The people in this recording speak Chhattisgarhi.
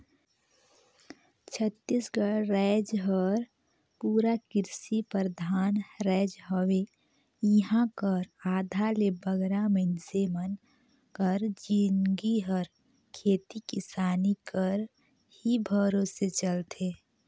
छत्तीसगढ़ राएज हर पूरा किरसी परधान राएज हवे इहां कर आधा ले बगरा मइनसे मन कर जिनगी हर खेती किसानी कर ही भरोसे चलथे